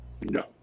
No